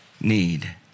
need